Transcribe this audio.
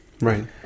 Right